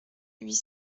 huit